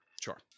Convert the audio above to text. Sure